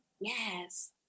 Yes